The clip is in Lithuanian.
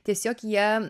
tiesiog jie